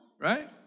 right